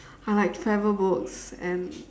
I like travel books and